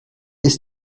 ist